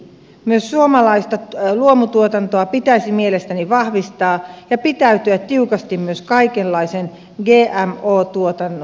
myös suomalaista luomutuotantoa pitäisi mielestäni vahvistaa ja pitäytyä tiukasti myös kaikenlaisen gmo tuotannon ulkopuolella